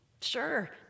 Sure